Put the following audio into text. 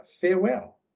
farewell